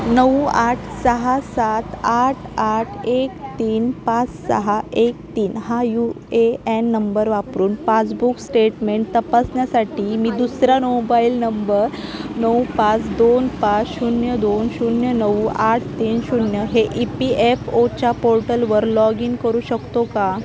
नऊ आठ सहा सात आठ आठ एक तीन पाच सहा एक तीन हा यू ए एन नंबर वापरून पासबुक स्टेटमेंट तपासण्यासाठी मी दुसरा नोबाईल नंबर नऊ पाच दोन पाच शून्य दोन शून्य नऊ आठ तीन शून्य हे ई पी एफ ओच्या पोर्टलवर लॉग इन करू शकतो का